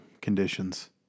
conditions